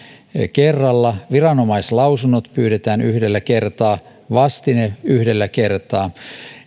kerralla viranomaislausunnot pyydetään yhdellä kertaa vastine yhdellä kertaa